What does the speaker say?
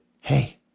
hey